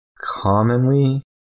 Commonly